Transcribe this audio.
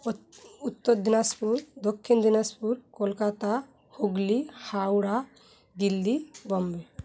Uttar Dinajpur Dakshin Dinajpur Kolkata Hooghly Howrah Delhi Bombay